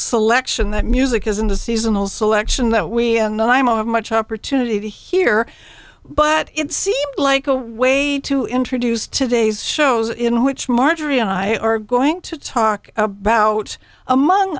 selection that music isn't a seasonal selection that we have much opportunity to hear but it seemed like a way to introduce today's shows in which marjorie and i are going to talk about among